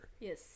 Yes